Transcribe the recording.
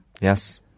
Yes